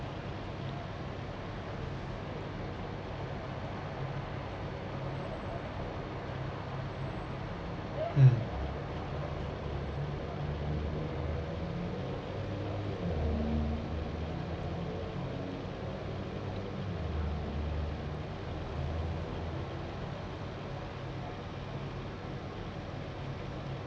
mm